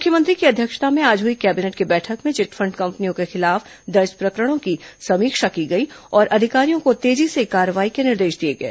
मुख्यमंत्री की अध्यक्षता में आज हुई कैबिनेट की बैठक में चिटफंड कंपनियों के खिलाफ दर्ज प्रकरणों की समीक्षा की गई और अधिकारियों को तेजी से कार्रवाई के निर्देश दिए गए